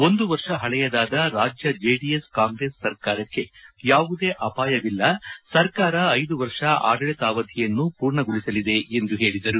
ಒಂದು ವರ್ಷ ಪಳೆಯದಾದ ರಾಜ್ಯ ಜೆಡಿಎಸ್ ಕಾಂಗ್ರೆಸ್ ಸರ್ಕಾರಕ್ಕೆ ಯಾವುದೇ ಅಪಾಯವಿಲ್ಲ ಸರ್ಕಾರ ಐದು ವರ್ಷ ಆಡಳಿತಾವಧಿಯನ್ನು ಪೂರ್ಣಗೊಳಿಸಲಿದೆ ಎಂದು ಹೇಳಿದರು